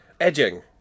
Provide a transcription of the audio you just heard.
Edging